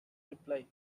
reply